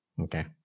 Okay